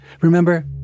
Remember